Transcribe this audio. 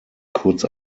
kurz